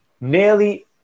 Nearly